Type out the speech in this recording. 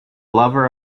lover